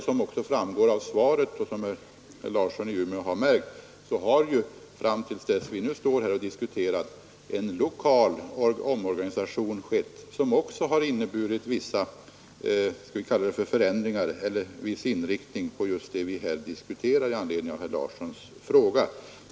Som framgår av mitt svar, och som herr Larsson naturligtvis har märkt, har ju en lokal omorganisation ägt rum, som har inneburit vissa förändringar och en viss inriktning av den verksamhet vi här talar om i anledning av herr Larssons fråga.